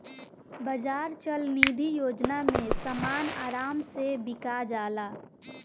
बाजार चल निधी योजना में समान आराम से बिका जाला